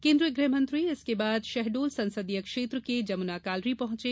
केन्द्रीय गृहमंत्री इसके बाद शहडोल संसदीय क्षेत्र के जमुना कालरी पहुंचे